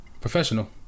Professional